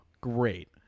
great